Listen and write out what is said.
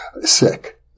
sick